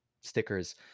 stickers